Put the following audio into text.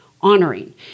honoring